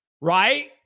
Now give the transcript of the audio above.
right